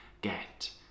get